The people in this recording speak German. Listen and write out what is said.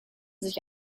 sich